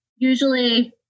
Usually